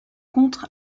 contre